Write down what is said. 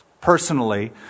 personally